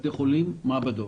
בתי חולים ומעבדות.